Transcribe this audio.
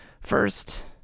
First